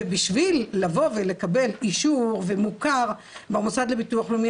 ובשביל לבוא ולקבל אישור ומוכר במוסד לביטוח לאומי,